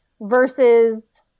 versus